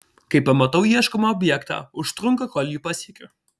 kai pamatau ieškomą objektą užtrunka kol jį pasiekiu